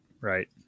right